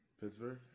Pittsburgh